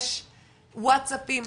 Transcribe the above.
יש ווצאפים,